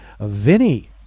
Vinny